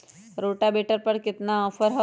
Rotavator पर केतना offer हव?